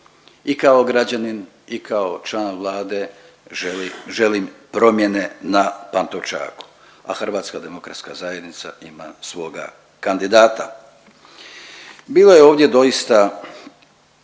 I kao građanin i kao član Vlade želim promjene na Pantovčaku, a HDZ ima svoga kandidata. Bilo je ovdje doista